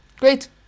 great